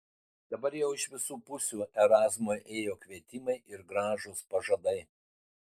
dabar jau iš visų pusių erazmui ėjo kvietimai ir gražūs pažadai